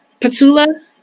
Patula